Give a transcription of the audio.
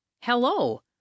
Hello